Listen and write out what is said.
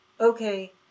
okay